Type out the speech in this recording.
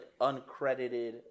uncredited